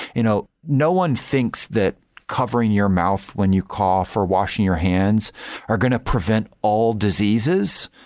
you know no one thinks that covering your mouth when you cough or washing your hands are going to prevent all diseases,